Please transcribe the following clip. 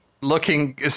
looking